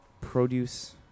produce